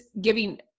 giving